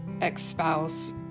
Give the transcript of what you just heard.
ex-spouse